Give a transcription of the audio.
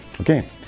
okay